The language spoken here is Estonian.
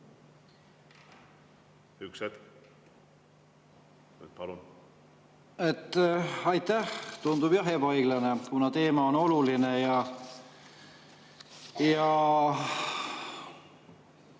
Aitäh! Tundub jah ebaõiglane, kuna teema on oluline.